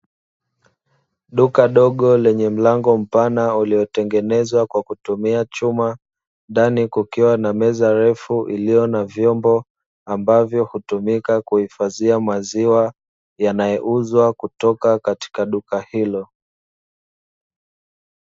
Duka dogo lenye mlango mpana uliotengenezwa kwa kutumia chuma, ndani kukiwa na meza ndefu iliyo na vyombo, ambayo hutumika kuhifadhia maziwa yanayouzwa kutoka katika duka hilo.